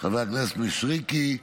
חבר הכנסת מישרקי,